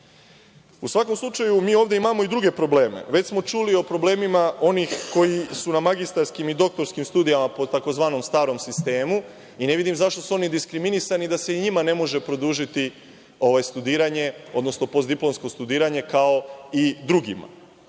svakom slučaju, mi ovde imamo i druge probleme. Već smo čuli o problemima onih koji su na magistarskim i doktorskim studijama po tzv. starom sistemu i ne vidim zašto su oni diskriminisani da se i njima ne može produžiti studiranje, odnosno postdiplomsko studiranje kao i drugima? Ima